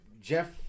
Jeff